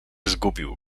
zgubił